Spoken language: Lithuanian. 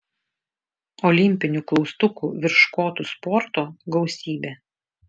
olimpinių klaustukų virš škotų sporto gausybė